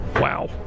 Wow